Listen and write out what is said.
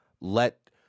let